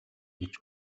гэж